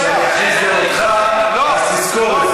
כשאני אכניס גם אותך, אז תזכור את זה.